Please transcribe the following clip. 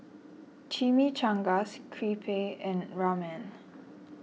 Chimichangas Crepe and Ramen